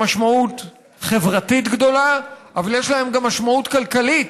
משמעות חברתית גדולה אבל יש להם גם משמעות כלכלית